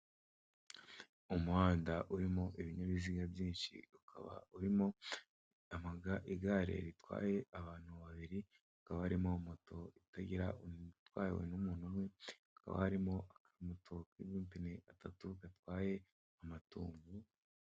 Umuhanda urimo ibinyabiziga byinshi, ukaba urimo amaga igare ritwaye abantu babiri. Hakaba harimo moto itagira umu itwawe n'umuntu we. Hakaba harimo aka moto k'imyupine atatu gatwaye amatungo.